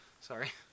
Sorry